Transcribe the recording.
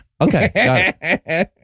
Okay